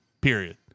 Period